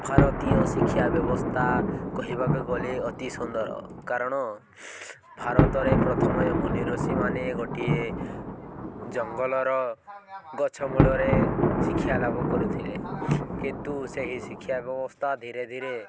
ଭାରତୀୟ ଶିକ୍ଷା ବ୍ୟବସ୍ଥା କହିବାକୁ ଗଲେ ଅତି ସୁନ୍ଦର କାରଣ ଭାରତରେ ପ୍ରଥମେ ମୁନି ଋଷିମାନେ ଗୋଟିଏ ଜଙ୍ଗଲର ଗଛ ମୂଳରେ ଶିକ୍ଷା ଲାଭ କରୁଥିଲେ କିନ୍ତୁ ସେହି ଶିକ୍ଷା ବ୍ୟବସ୍ଥା ଧୀରେ ଧୀରେ